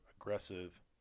aggressive